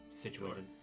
situated